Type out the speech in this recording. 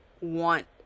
want